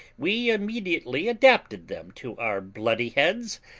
we immediately adapted them to our bloody heads,